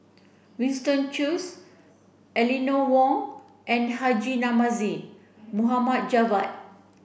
Winston Choos Eleanor Wong and Haji Namazie Mohd Javad